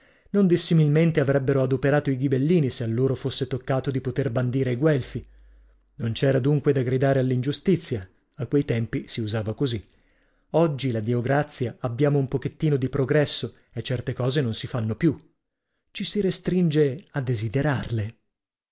non dissimilmente avrebbero adoperato i ghibellini se a loro fosse toccato di poter bandire i guelfi non c'era dunque da gridare all'ingiustizia a quei tempi si usava così oggi la dio grazia abbiamo un pochettino di progresso e certe cose non si fanno più ci si restringe a desiderarle